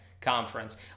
Conference